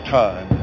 time